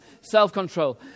self-control